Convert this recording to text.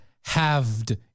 halved